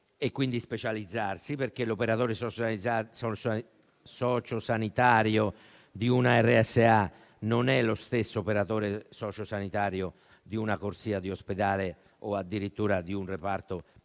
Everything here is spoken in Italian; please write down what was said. e quindi specializzarsi, perché l'operatore sociosanitario di una RSA non è lo stesso operatore sociosanitario di una corsia di ospedale o addirittura di un reparto di